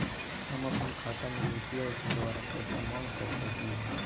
हम अपन खाता में यू.पी.आई के द्वारा पैसा मांग सकई हई?